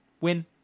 Win